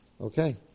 Okay